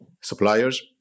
suppliers